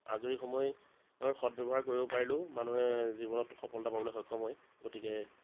আজৰি সময়ৰ সৎ ব্যৱহাৰ কৰিব পাৰিলেও মানুহে জীৱনত সফলতা পাবলৈ সক্ষম হয় গতিকে